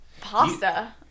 Pasta